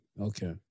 Okay